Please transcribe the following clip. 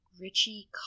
Richie